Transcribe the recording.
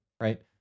right